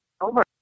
over